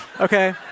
Okay